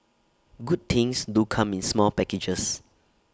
good things do come in small packages